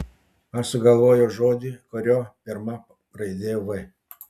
aš sugalvojau žodį kurio pirma raidė v